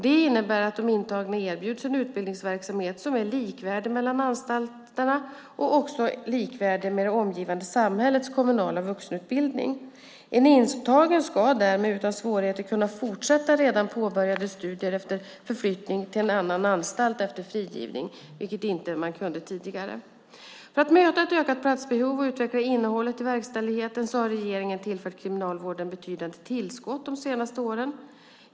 Det innebär att de intagna erbjuds en utbildningsverksamhet som är likvärdig mellan anstalterna och också likvärdig med det omgivande samhällets kommunala vuxenutbildning. En intagen ska därmed utan svårigheter kunna fortsätta redan påbörjade studier efter förflyttning till annan anstalt eller efter frigivning, vilket man inte kunde tidigare. För att möta ett ökat platsbehov och utveckla innehållet i verkställigheten har regeringen tillfört Kriminalvården betydande tillskott de senaste åren.